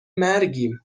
مرگیم